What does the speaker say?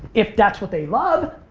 if that's what they love,